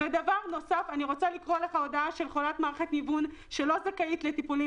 אני רוצה לקרוא לך הודעה של חולת מערכת ניוון שלא זכאית לטיפולים